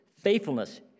faithfulness